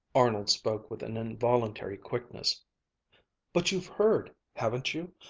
arnold spoke with an involuntary quickness but you've heard, haven't you,